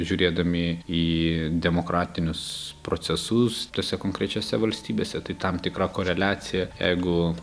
žiūrėdami į demokratinius procesus tose konkrečiose valstybėse tai tam tikra koreliacija jeigu